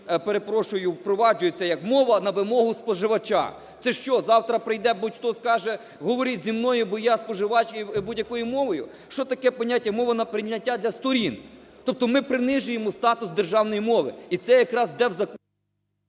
перепрошую, впроваджуються як "мова на вимогу споживача". Це що, завтра прийде будь-хто, скаже, говоріть зі мною бо я споживач, будь-якою мовою? Що таке поняття "мова на прийняття для сторін"? Тобто ми принижуємо статус державної мови. І це якраз іде в…